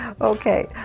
Okay